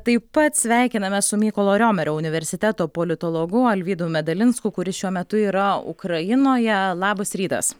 taip pat sveikinamės su mykolo riomerio universiteto politologu alvydu medalinsku kuris šiuo metu yra ukrainoje labas rytas